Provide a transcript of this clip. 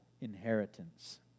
inheritance